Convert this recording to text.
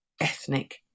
ethnic